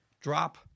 Drop